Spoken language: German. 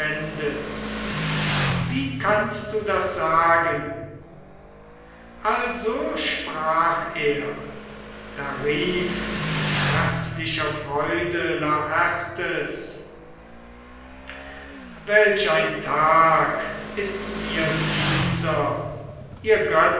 wie kannst du das sagen also sprach er da rief mit herzlicher freude laertes welch ein tag ist mir dieser ihr